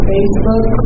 Facebook